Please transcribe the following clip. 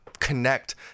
connect